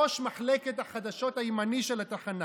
ראש מחלקת החדשות הימני של התחנה.